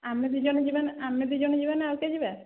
ଆମେ ଦୁଇ ଜଣ ଯିବା ନା ଆମେ ଦୁଇ ଜଣ ଯିବା ନା ଆଉ କିଏ ଯିବା